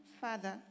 Father